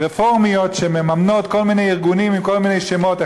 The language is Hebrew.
רפורמיות שמממנות כל מיני ארגונים עם כל מיני שמות,